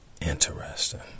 interesting